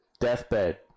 deathbed